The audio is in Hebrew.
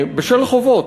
בשל חובות.